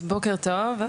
אז בוקר טוב.